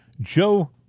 Joe